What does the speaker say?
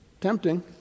Tempting